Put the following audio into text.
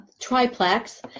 triplex